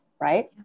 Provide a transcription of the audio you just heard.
right